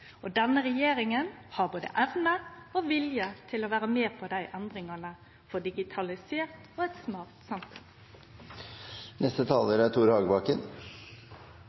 ligg. Denne regjeringa har både evne og vilje til å vere med på endringane for eit digitalisert og smart